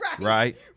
Right